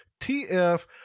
TF